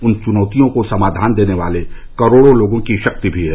उन चुनौतियों को समाधान देने वाले करोड़ो लोगों की शक्ति भी है